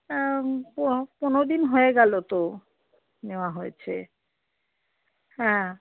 পনেরো দিন হয়ে গেলো তো নেওয়া হয়েছে হ্যাঁ